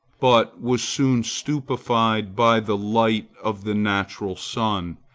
but was soon stupefied by the light of the natural sun,